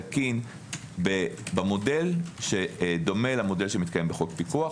תקין במודל שדומה למודל שמתקיים בחוק פיקוח.